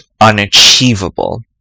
unachievable